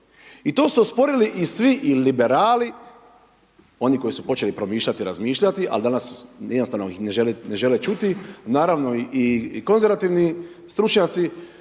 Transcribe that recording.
I to su osporili i svi i liberali, oni koji su počeli promišljati i razmišljati ali danas jednostavno ih ne žele čuti, naravno i konzervativni stručnjaci.